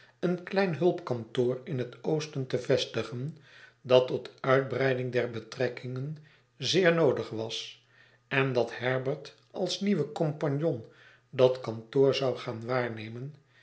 een klein hulpkantoor in het oosten te vestigen dat tot uitbreiding der betrekkingen zeer noodig was eh dat herbert als nieuwe compagon dat kantoor zou gaan waarnemen